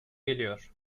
geliyor